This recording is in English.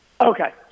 Okay